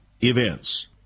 events